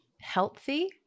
healthy